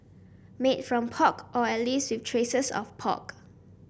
made from pork or at least with traces of pork